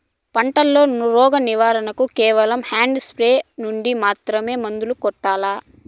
పంట లో, రోగం నివారణ కు కేవలం హ్యాండ్ స్ప్రేయార్ యార్ నుండి మాత్రమే మందులు కొట్టల్లా?